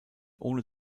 ohne